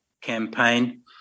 campaign